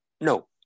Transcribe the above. No